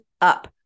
up